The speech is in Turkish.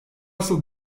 nasıl